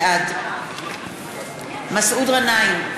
בעד מסעוד גנאים,